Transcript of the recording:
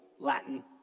Latin